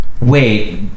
wait